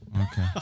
Okay